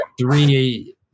three